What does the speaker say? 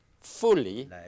fully